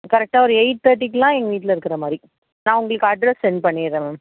கரெக்டாக ஒரு எயிட் தேர்ட்டிக்குலாம் எங்கள் வீட்டில் இருக்குறமாதிரி நான் உங்களுக்கு அட்ரஸ் செண்ட் பண்ணிடுறேன் மேம்